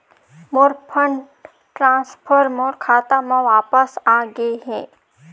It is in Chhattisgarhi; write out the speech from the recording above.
मोर फंड ट्रांसफर मोर खाता म वापस आ गे हे